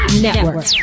Network